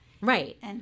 Right